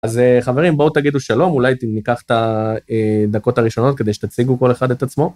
אז חברים בואו תגידו שלום, אולי ניקח את הדקות הראשונות כדי שתציגו כל אחד את עצמו.